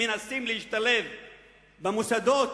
מנסים להשתלב במוסדות,